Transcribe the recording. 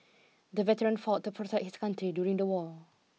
the veteran fought to protect his country during the war